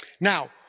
Now